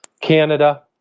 Canada